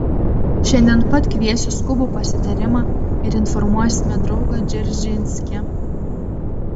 šiandien pat kviesiu skubų pasitarimą ir informuosime draugą dzeržinskį